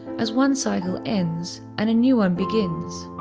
as one cycle ends and a new one begins.